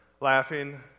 laughing